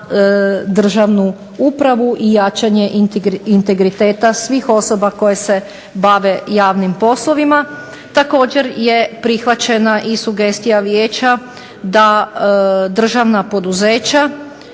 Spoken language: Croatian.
na državnu upravu i jačanje integriteta svih osoba koje se bave javnim poslovima. Također je prihvaćena i sugestija Vijeća da državna poduzeća